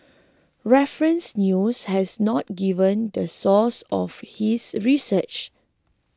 Reference News has not given the source of his research